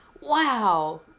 wow